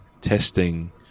testing